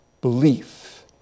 Belief